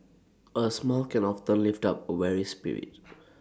A smile can often lift up A weary spirit